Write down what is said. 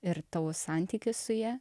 ir tavo santykis su ja